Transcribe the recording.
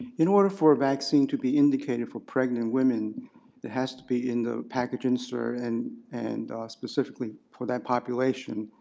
in order for a vaccine to be indicated for pregnant women it has to be in the package insert and and ah specifically for that population.